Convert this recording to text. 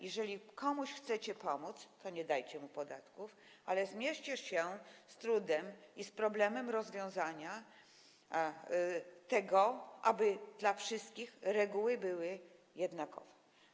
Jeżeli chcecie komuś pomóc, to nie dawajcie mu podatków, ale zmierzcie się z trudem, problemem rozwiązania tego, aby dla wszystkich reguły były jednakowe.